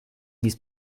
these